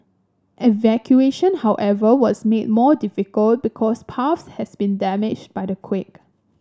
evacuation however was made more difficult because paths has been damaged by the quake